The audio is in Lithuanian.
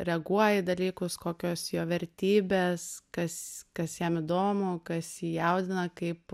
reaguoja į dalykus kokios jo vertybės kas kas jam įdomu kas jį jaudina kaip